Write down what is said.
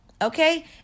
Okay